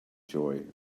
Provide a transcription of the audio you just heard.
joy